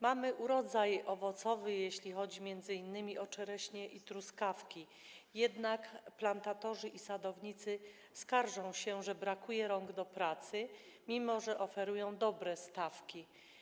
Mamy urodzaj owocowy, jeśli chodzi m.in. o czereśnie i truskawki, jednak plantatorzy i sadownicy skarżą się, że brakuje rąk do pracy, mimo że oferują dobre stawki.